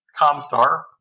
Comstar